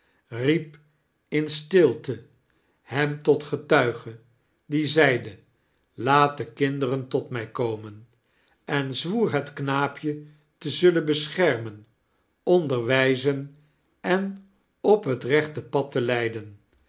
riep in stilte hem tot getuige die zeide laat de kinderen tot mij komen en zwoer het knaap je te zullen beschermen onderwijzen en op het rechte pad te leiden